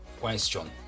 question